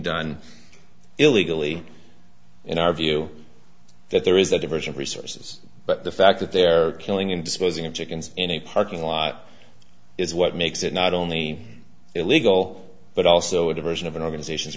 done illegally in our view that there is the diversion resources but the fact that they're killing and disposing of chickens in a parking lot is what makes it not only illegal but also a diversion of an organization